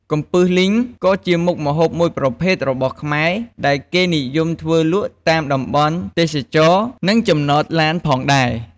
កំពឹសលីងក៏ជាមុខម្ហូបមួយប្រភេទរបស់ខ្មែរ ដែលគេនិយមធ្វើលក់តាមតំបន់ទេសចរណ៍និងចំណតឡានផងដែរ។